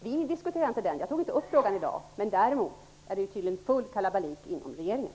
Vi diskuterade inte frågan. Jag tog inte upp den i dag, men däremot är det tydligen full kalabalik inom regeringen.